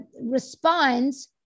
responds